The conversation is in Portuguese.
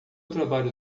trabalho